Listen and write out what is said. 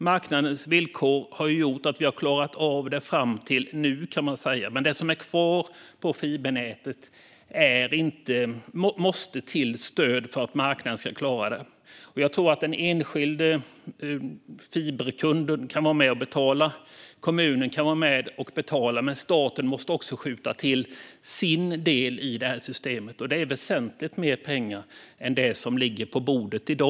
Marknadens villkor har ju gjort att vi har klarat av det fram till nu. När det gäller det som är kvar på fibernätet måste det dock till stöd för att marknaden ska klara det. Jag tror att den enskilda fiberkunden och kommunen kan vara med och betala, men staten måste också skjuta till sin del i det här systemet. Det rör sig om väsentligt mer pengar än vad som ligger på bordet i dag.